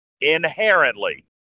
Inherently